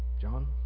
John